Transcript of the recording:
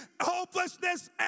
hopelessness